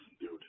dude